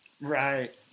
Right